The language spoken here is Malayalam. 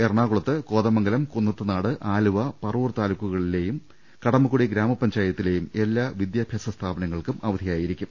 എറണാ കുളത്ത് കോതമംഗലം കുന്നത്ത്നാട് ആലുവ പറവൂർ താലൂക്കുക ളിലെയും കടമക്കുടി ഗ്രാമപഞ്ചായത്തിലെയും എല്ലാ വിദ്യാഭ്യാസ സ്ഥാപനങ്ങൾക്കും അവധിയായിരിക്കും